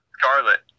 Scarlet